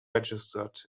registered